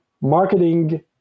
marketing